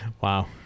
Wow